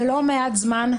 ולא מעט זמן,